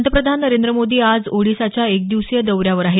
पंतप्रधान नरेंद्र मोदी आज ओडिशाच्या एक दिवसीय दौऱ्यावर आहेत